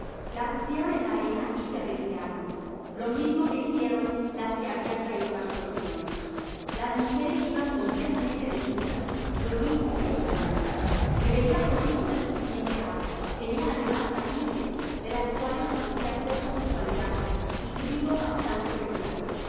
la pusieron en la arena y se retiraron lo mismo que hicieron las que nos habian traido las proviones las mujeres iban completamente desnudas lo mismo que los hombres me veia provisto de suficiente agua tenia ademas raices de las cuales conocia poco sus cualidades y trigo bastante regular